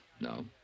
No